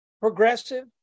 progressive